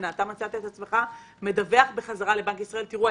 שמצאת את עצמך מדווח לבנק ישראל: תראו,